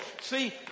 See